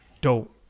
Dope